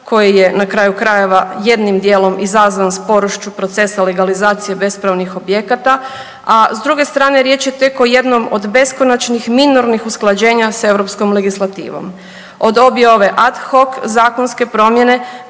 koji je na kraju krajeva jednim dijelom izazvan sporošću procesa legalizacije bespravnih objekata, a s druge strane riječ je tek o jednom od beskonačnih minornih usklađenje s europskom legislativom. Od obje ad hoc zakonske promjene